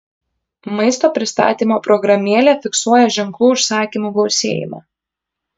maisto pristatymo programėlė fiksuoja ženklų užsakymų gausėjimą